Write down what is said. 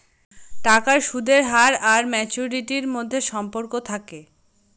টাকার সুদের হার আর ম্যাচুরিটির মধ্যে সম্পর্ক থাকে